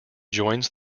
joins